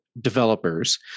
developers